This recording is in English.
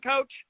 Coach